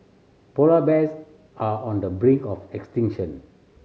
polar bears are on the brink of extinction